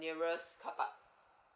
nearest car park